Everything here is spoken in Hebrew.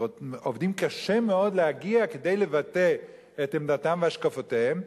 ועוד עובדים קשה מאוד להגיע כדי לבטא את עמדתם והשקפותיהם.